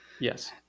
Yes